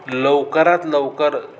लवकरात लवकर